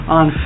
on